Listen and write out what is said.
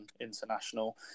international